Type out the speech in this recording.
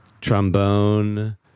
trombone